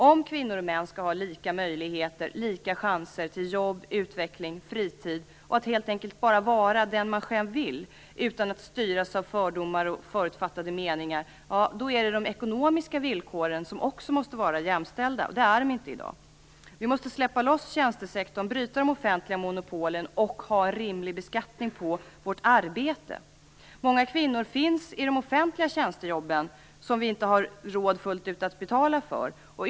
Om kvinnor och män skall ha lika möjligheter och lika chanser till jobb, utveckling, fritid och till att helt enkelt bara vara den man själv vill utan att styras av fördomar och förutfattade meningar måste de ekonomiska villkoren vara jämställda - och det är de inte i dag. Vi måste släppa loss tjänstesektorn, bryta de offentliga monopolen och ha en rimlig beskattning på vårt arbete. Många kvinnor finns i de offentliga tjänstejobben, som vi inte har råd att betala för fullt ut.